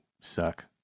suck